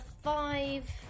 five